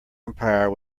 empire